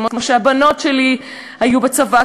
כמו שהבנות שלי היו בצבא,